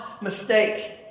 mistake